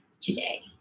today